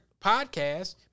podcast